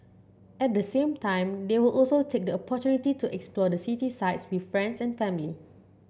at the same time they will also take the opportunity to explore the city sights with friends and family